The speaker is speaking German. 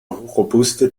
robuste